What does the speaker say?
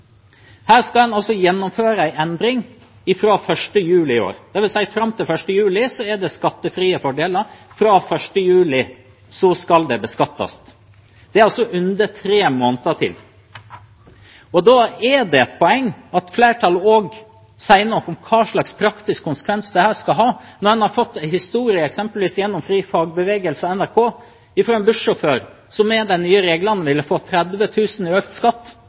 Her skal en gjennomføre en endring fra 1. juli i år, dvs. at fram til 1. juli er det skattefrie fordeler. Fra 1. juli skal det beskattes. Det er under tre måneder til. Da er det et poeng at flertallet også sier noe om hva slags praktisk konsekvens dette skal ha, når en har fått en historie, eksempelvis gjennom FriFagbevegelse og NRK, fra en bussjåfør som med de nye reglene vil få 30 000 kr mer i skatt.